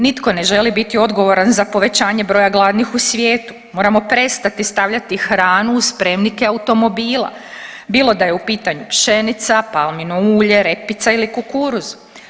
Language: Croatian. Nitko ne želi biti odgovoran za povećanje broja gladnih u svijetu, moramo prestati stavljati hranu u spremnike automobila bilo da je u pitanju pšenica, palmino ulje, repica ili kukuruz.